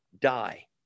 die